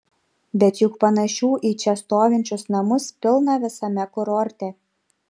bet juk panašių į čia stovinčius namus pilna visame kurorte